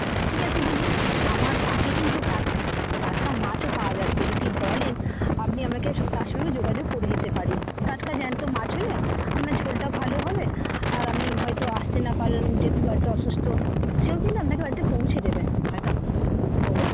ঠিক আছে দিদি আমার পাশে কিন্তু টাটকা টাটকা মাছও পাওয়া যাচ্ছে যদি বলেন আপনি আমাকে তার সঙ্গে যোগাযোগ করিয়ে দিতে পারি টাটকা জ্যান্ত মাছ হলে আপনার ঝোলটা ভালো হবে আর আপনি হয়তো আসতে না পারলেন জেঠু বাড়িতে অসুস্থ সেও কিন্তু আপনাকে বাড়িতে পৌঁছে দেবে বলো